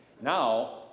Now